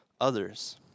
others